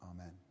Amen